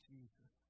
Jesus